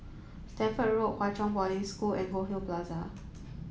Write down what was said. Stamford Road Hwa Chong Boarding School and Goldhill Plaza